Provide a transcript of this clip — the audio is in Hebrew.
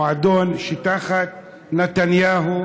מועדון שתחת נתניהו,